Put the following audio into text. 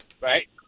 right